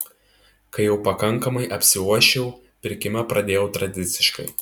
kai jau pakankamai apsiuosčiau pirkimą pradėjau tradiciškai